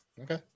Okay